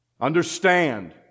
Understand